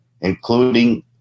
including